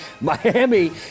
Miami